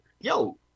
yo